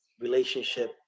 relationship